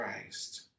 Christ